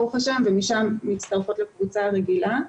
ומשם הן מצטרפות לקבוצה הרגילה.